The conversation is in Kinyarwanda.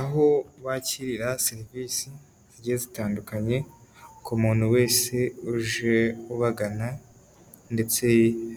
Aho bakirira serivise zigiye zitandukanye, ku muntu wese uje ubagana ndetse